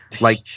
like-